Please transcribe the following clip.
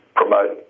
promote